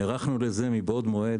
נערכנו לזה מבעוד מועד,